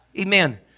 Amen